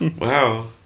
Wow